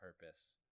purpose